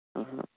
অঁ